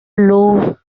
low